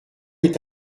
est